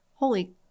holy